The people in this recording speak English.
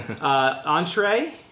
Entree